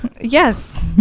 yes